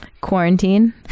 Quarantine